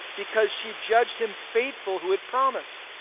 because she judged him faithful who had promised.